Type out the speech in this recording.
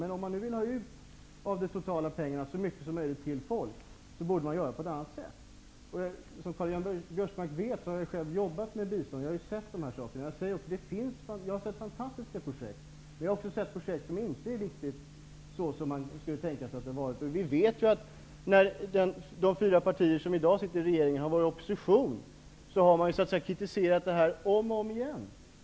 Men om man nu vill ha ut så mycket som möjligt till folk av den totala summan, borde man göra på ett annat sätt. Som Karl-Göran Biörsmark vet har jag själv jobbat med bistånd och sett dessa saker. Jag säger också att jag har sett fantastiska projekt. Men jag har också sett projekt som inte är riktigt såsom man skulle tänka sig. Vi vet att när de fyra partier som i dag sitter i regeringen var i opposition, kritiserade de detta om och om igen.